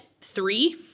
three